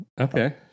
Okay